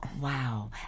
Wow